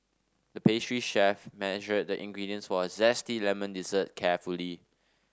the pastry chef measured the ingredients for a zesty lemon dessert carefully